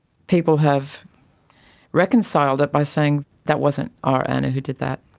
people have reconciled it by saying that wasn't our anna who did that,